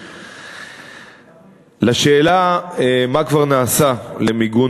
2. לגבי השאלה מה כבר נעשה למיגון